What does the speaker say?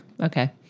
okay